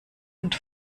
und